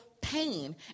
pain